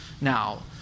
now